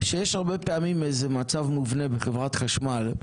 שיש הרבה פעמים מצב מובנה של חברת חשמל,